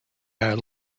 our